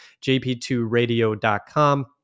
jp2radio.com